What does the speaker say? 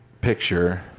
picture